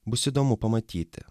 bus įdomu pamatyti